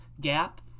gap